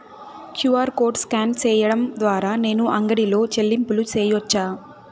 QR code scan సేయడం ద్వారా నేను అంగడి లో చెల్లింపులు సేయొచ్చా?